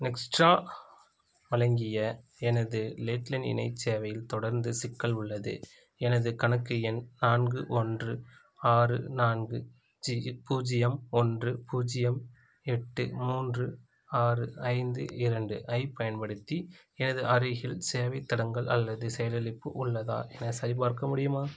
Nextra வழங்கிய எனது landline இணையச் சேவையில் தொடர்ந்து சிக்கல் உள்ளது எனது கணக்கு எண் நான்கு ஒன்று ஆறு நான்கு ஜீ பூஜ்ஜியம் ஒன்று பூஜ்ஜியம் எட்டு மூன்று ஆறு ஐந்து இரண்டு ஐப் பயன்படுத்தி எனது அருகில் சேவைத் தடங்கல் அல்லது செயலிழப்பு உள்ளதா எனச் சரிபார்க்க முடியுமா